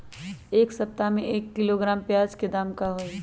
एक सप्ताह में एक किलोग्राम प्याज के दाम का होई?